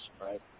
right